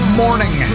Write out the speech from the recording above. morning